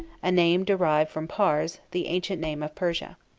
a name derived from pars, the ancient name of persia.